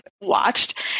watched